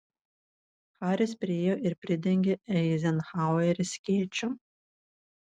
haris priėjo ir pridengė eizenhauerį skėčiu